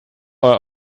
our